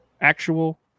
Actual